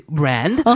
brand